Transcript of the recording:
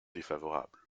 défavorable